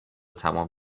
تمام